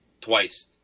twice